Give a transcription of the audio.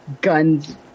guns